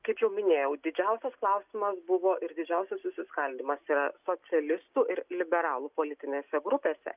kaip jau minėjau didžiausias klausimas buvo ir didžiausias susiskaldymas yra socialistų ir liberalų politinėse grupėse